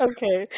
Okay